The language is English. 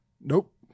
Nope